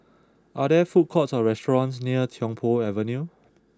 are there food courts or restaurants near Tiong Poh Avenue